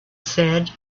said